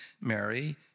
Mary